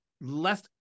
less